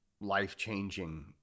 life-changing